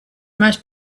most